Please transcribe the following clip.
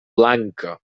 blanca